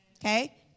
Okay